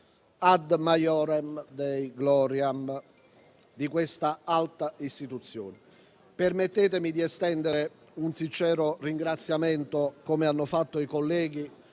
*ad maiorem Dei gloriam*, di questa alta istituzione. Permettetemi di estendere un sincero ringraziamento - come hanno già fatto i colleghi